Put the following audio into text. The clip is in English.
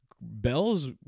Bell's